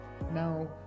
Now